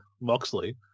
moxley